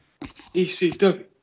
ECW